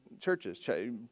churches